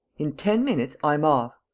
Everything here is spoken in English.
in ten minutes, i'm off.